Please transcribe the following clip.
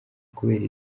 kubera